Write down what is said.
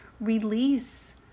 release